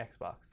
Xbox